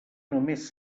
només